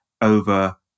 over